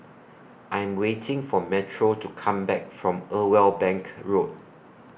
I'm waiting For Metro to Come Back from Irwell Bank Road